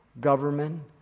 government